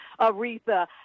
Aretha